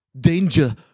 danger